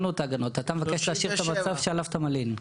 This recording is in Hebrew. אתה מבקש להשאיר את המצב שעליו אתה מלין.